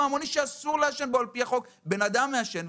המוני שאסור לעשן בו על פי החוק אדם מעשן,